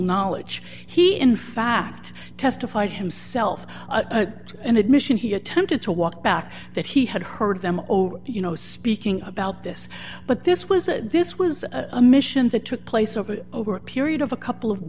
knowledge he in fact testified himself to an admission he attempted to walk back that he had heard them over you know speaking about this but this was a this was a mission that took place over over a period of a couple of